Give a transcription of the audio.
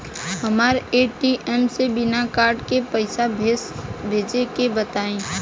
हमरा ए.टी.एम से बिना कार्ड के पईसा भेजे के बताई?